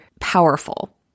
powerful